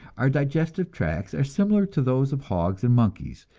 our digestive tracts are similar to those of hogs and monkeys,